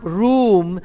room